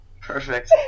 perfect